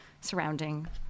surrounding